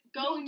go